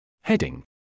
Heading